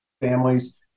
families